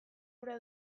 ura